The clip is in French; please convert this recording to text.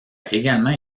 également